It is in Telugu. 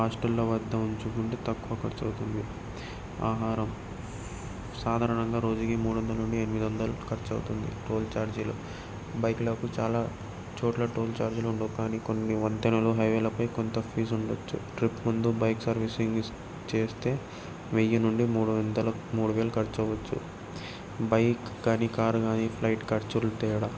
హాస్టల్లో వద్ద ఉంచుకుంటే తక్కువ ఖర్చువుతుంది ఆహారం సాధారణంగా రోజుకి మూడొందల నుండి ఎనిమిది వందలు ఖర్చు అవుతుంది టోల్ ఛార్జీలు బైక్లకు చాలా చోట్ల టోల్ ఛార్జీలు ఉండవు కానీ కొన్ని వంతెనలు హైవేలపై కొంత ఫీజు ఉండచ్చు ట్రిప్ ముందు బైక్ సర్వీసింగ్ చేస్తే వెయ్యి నుండి మూడు వందల మూడు వేలు ఖర్చు అవచ్చు బైక్ కానీ కారు కానీ ఫ్లైట్ ఖర్చులు తేడా